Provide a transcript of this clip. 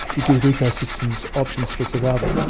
you give ecosystems options for survival.